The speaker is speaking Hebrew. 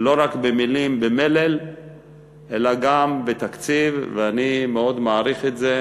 לא רק במלל אלא גם בתקציב, ואני מאוד מעריך את זה,